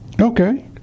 okay